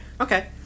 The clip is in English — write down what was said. Okay